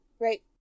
right